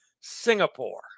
Singapore